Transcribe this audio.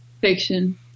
fiction